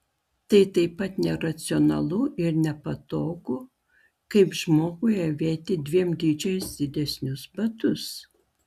tai taip pat neracionalu ir nepatogu kaip žmogui avėti dviem dydžiais didesnius batus